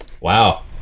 Wow